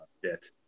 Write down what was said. bit